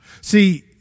See